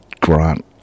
Grant